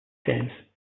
games